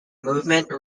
movement